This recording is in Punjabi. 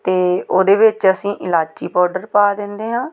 ਅਤੇ ਉਹਦੇ ਵਿੱਚ ਅਸੀਂ ਇਲਾਚੀ ਪਾਊਡਰ ਪਾ ਦਿੰਦੇ ਹਾਂ